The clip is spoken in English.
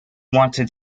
wanted